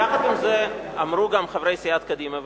יחד עם זה אמרו גם חברי סיעת קדימה,